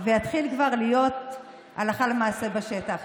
ויתחיל כבר להיות הלכה למעשה בשטח.